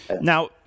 now